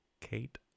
Kate